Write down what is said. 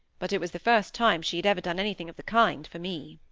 but it was the first time she had ever done anything of the kind for me.